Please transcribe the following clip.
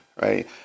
right